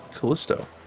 Callisto